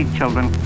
children